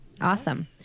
awesome